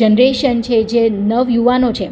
generation છે નવયુવાનો છે